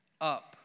up